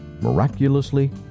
miraculously